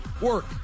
work